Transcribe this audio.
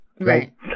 Right